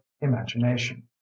imagination